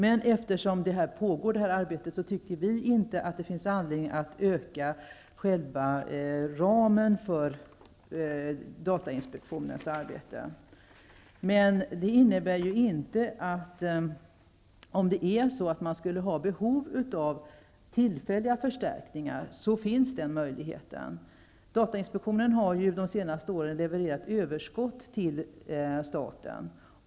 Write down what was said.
Eftersom arbetet pågår tycker vi inte att det finns anledning att öka själva ramen för datainspektionens arbete. Men om det finns behov av tillfälliga förstärkningar finns den möjligheten. Datainspektionen har ju de senaste åren levererat överskott till staten.